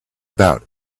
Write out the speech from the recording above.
about